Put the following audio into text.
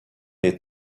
les